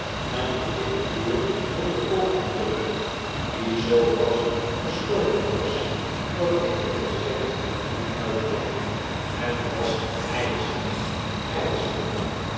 en hoe ik de deur wilde openbreken die zoo vastgesloten was dat ik er vqlstrekt niet uit kon het was ijselgk gselijkl